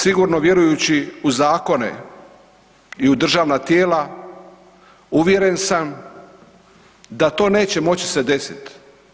Sigurno vjerujući u zakone i u državna tijela, uvjeren sam da to neće moći se desiti.